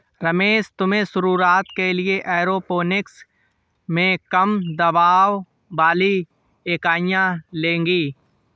रमेश तुम्हें शुरुआत के लिए एरोपोनिक्स में कम दबाव वाली इकाइयां लगेगी